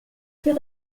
fait